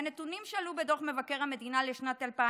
מהנתונים בדוח מבקר המדינה לשנת 2021